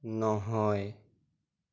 নহয়